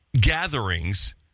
gatherings